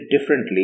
differently